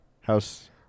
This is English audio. House